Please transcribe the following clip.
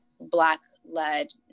black-led